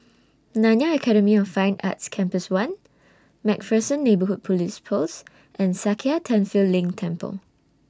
Nanyang Academy of Fine Arts Campus one MacPherson Neighbourhood Police Post and Sakya Tenphel Ling Temple